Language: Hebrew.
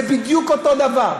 זה בדיוק אותו דבר.